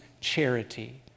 charity